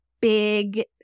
big